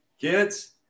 kids